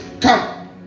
come